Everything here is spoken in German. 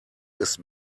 ist